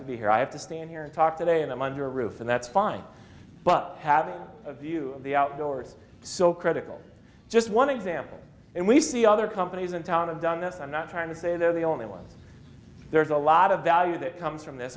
to be here i have to stand here and talk today and i'm under a roof and that's fine but having a view of the outdoors so critical just one example and we see other companies in town and done this i'm not trying to say they're the only ones there's a lot of value that comes from this